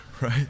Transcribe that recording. right